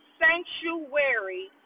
sanctuary